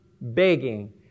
begging